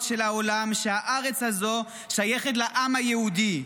של העולם שהארץ הזו שייכת לעם היהודי,